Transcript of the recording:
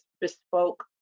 bespoke